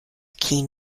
keen